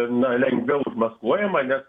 na lengviau užmaskuojama nes